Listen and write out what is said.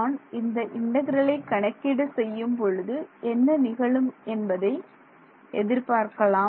நான் இந்த இன்டெக்ரலை கணக்கீடு செய்யும் பொழுது என்ன நிகழும் என்பதை எதிர்பார்க்கலாம்